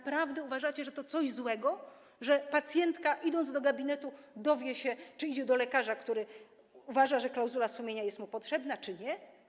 Naprawdę uważacie, że to coś złego, że pacjentka, idąc do gabinetu, dowie się, czy idzie do lekarza, który uważa, że klauzula sumienia jest mu potrzebna czy nie?